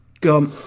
Go